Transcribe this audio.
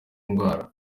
inzara